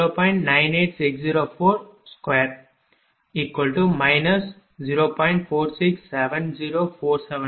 இது A